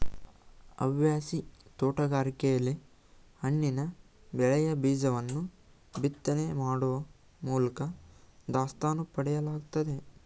ಹವ್ಯಾಸಿ ತೋಟಗಾರಿಕೆಲಿ ಹಣ್ಣಿನ ಬೆಳೆಯ ಬೀಜವನ್ನು ಬಿತ್ತನೆ ಮಾಡೋ ಮೂಲ್ಕ ದಾಸ್ತಾನು ಪಡೆಯಲಾಗ್ತದೆ